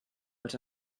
but